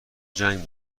جنگ